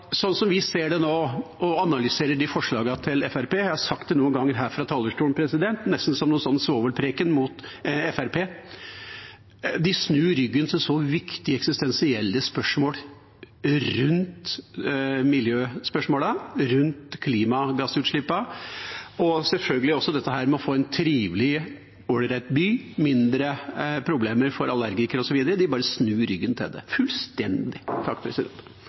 vi ser det nå og når vi analyserer forslagene til Fremskrittspartiet, og jeg har sagt det noen ganger her fra talerstolen – nesten som en svovelpreken mot Fremskrittspartiet: De snur ryggen til så viktige eksistensielle spørsmål i samband med miljøspørsmålene og klimagassutslippene, og selvfølgelig også dette med å få en trivelig, ålreit by – mindre problemer for allergikere osv. De bare snur ryggen til det – fullstendig.